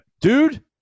Dude